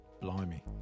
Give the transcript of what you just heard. Blimey